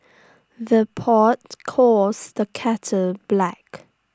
the pot calls the kettle black